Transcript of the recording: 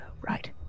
Right